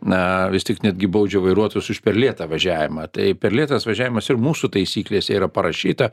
na vis tik netgi baudžia vairuotojus už per lėtą važiavimą tai per lėtas važiavimas ir mūsų taisyklėse yra parašyta